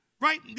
Right